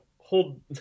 hold